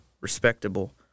respectable